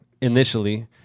initially